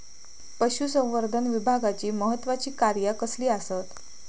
पशुसंवर्धन विभागाची महत्त्वाची कार्या कसली आसत?